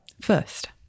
first